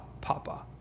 Papa